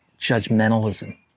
judgmentalism